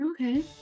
okay